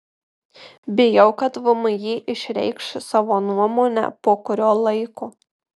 bijau kad vmi išreikš savo nuomonę po kurio laiko